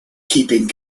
keeping